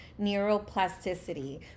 neuroplasticity